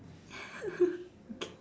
okay